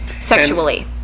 sexually